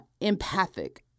empathic